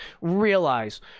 realize